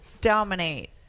dominate